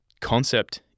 concept